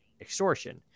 extortion